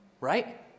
right